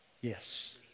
Yes